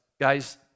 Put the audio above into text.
guys